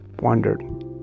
wondered